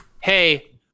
Hey